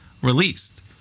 released